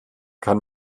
kann